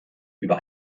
über